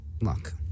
look